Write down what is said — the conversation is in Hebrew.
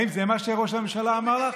האם זה מה שראש הממשלה אמר לך?